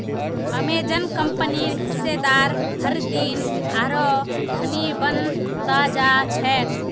Amazon कंपनीर हिस्सेदार हरदिन आरोह धनी बन त जा छेक